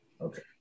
Okay